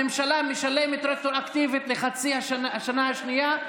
הממשלה משלמת רטרואקטיבית לחצי השנה השנייה.